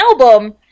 album